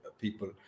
people